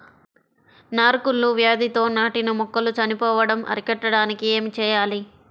నారు కుళ్ళు వ్యాధితో నాటిన మొక్కలు చనిపోవడం అరికట్టడానికి ఏమి చేయాలి?